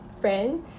friend